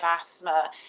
asthma